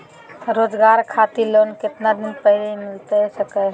रोजगार खातिर लोन कितने दिन पहले मिलता सके ला?